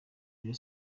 rayon